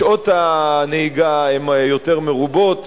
שעות הנהיגה יותר רבות,